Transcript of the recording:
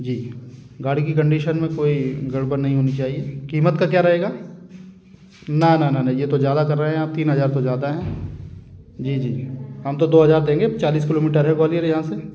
जी गाड़ी की कंडीशन में कोई गड़बड़ नहीं होनी चाहिए कीमत का क्या रहेगा ना ना ना ना ये तो ज़्यादा कर रहे हैं आप तीन हज़ार तो ज़्यादा हैं जी जी हम तो दो हज़ार देंगे चालीस किलोमीटर है ग्वालियर यहाँ से